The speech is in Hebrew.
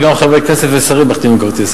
שגם חברי כנסת ושרים יחתימו כרטיס.